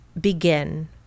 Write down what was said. begin